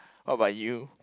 what about you